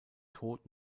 tot